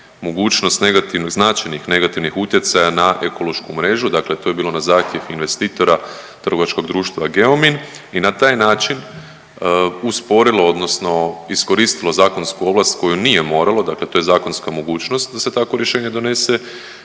mogućnost značajnih negativnih utjecaja na ekološku mrežu, dakle to je bilo na zahtjev investitora Trgovačkog društva Geomin i na taj način usporilo odnosno iskoristilo zakonsku ovlast koju nije moralo dakle to je zakonska mogućnost da se tako rješenje donese